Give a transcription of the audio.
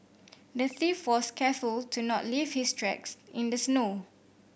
the thief was careful to not leave his tracks in the snow